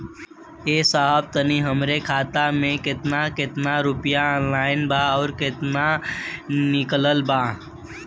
ए साहब तनि बताई हमरे खाता मे कितना केतना रुपया आईल बा अउर कितना निकलल बा?